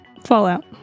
Fallout